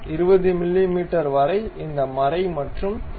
20 மிமீ வரை இந்த மறை மற்றும் 1